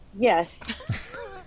yes